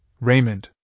Raymond